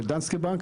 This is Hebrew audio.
של Danske Bank,